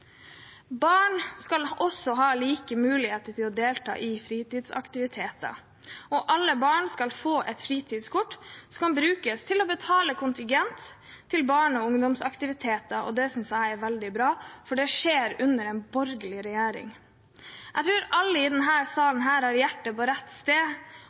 Barn skal også ha like muligheter til å delta i fritidsaktiviteter, og alle barn skal få et fritidskort som kan brukes til å betale kontingent til barne- og ungdomsaktiviteter. Det synes jeg er veldig bra, og det skjer under en borgerlig regjering. Jeg tror alle i denne salen har hjertet på rett sted,